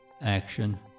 action